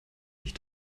mich